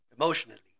emotionally